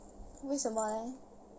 为什么 leh